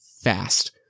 fast